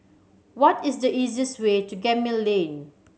what is the easiest way to Gemmill Lane